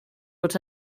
what